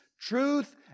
truth